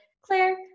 Claire